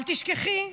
אל תשכחי.